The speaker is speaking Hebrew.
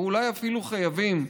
ואולי אפילו חייבים,